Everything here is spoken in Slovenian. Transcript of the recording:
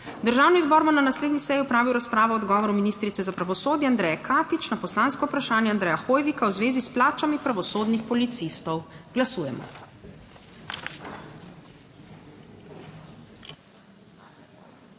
Državni zbor bo na naslednji seji opravil razpravo o odgovoru ministrice za pravosodje Andreje Katič na poslansko vprašanje Andreja Hoivika v zvezi s plačami pravosodnih policistov. Glasujemo.